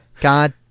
god